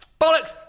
Bollocks